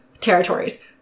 territories